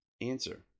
Answer